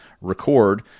record